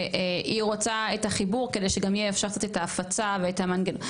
שהיא רוצה את החיבור כדי שגם יהיה אפשר לעשות את ההפצה ואת המנגנון.